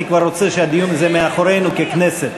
אני כבר רוצה שהדיון הזה יהיה מאחורינו ככנסת,